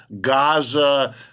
Gaza